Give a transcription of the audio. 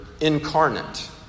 incarnate